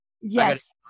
Yes